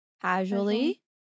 casually